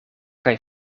kaj